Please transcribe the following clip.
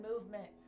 movement